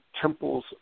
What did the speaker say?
temples